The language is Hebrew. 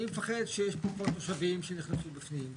אני מפחד שיש פה המון תושבים שנכנסו פנימה,